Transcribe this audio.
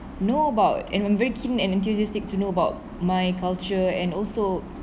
know about and when very keen and enthusiastic to know about my culture and also